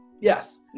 Yes